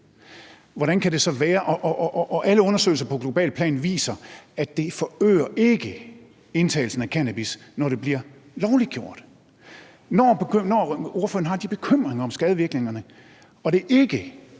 Alle undersøgelser på globalt plan viser, at det ikke forøger indtagelsen af cannabis, når det bliver lovliggjort. Når ordføreren har de bekymringer om skadevirkningerne, og der ikke